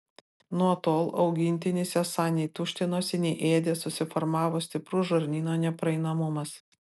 nuo tol augintinis esą nei tuštinosi nei ėdė susiformavo stiprus žarnyno nepraeinamumas